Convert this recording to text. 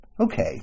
Okay